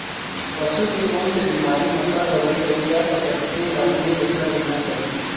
पसू के कोन से बिमारी म का दवई करे जा सकत हे तेन ल अपने ले कर लेना चाही